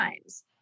times